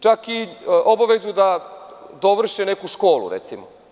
Čak i obavezu da dovrše neku školu, recimo.